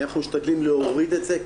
אנחנו משתדלים להוריד את זה,